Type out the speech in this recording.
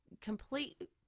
complete